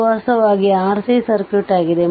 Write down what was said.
ಇದು ವಾಸ್ತವವಾಗಿ RC circuit ಆಗಿದೆ